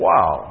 Wow